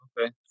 Okay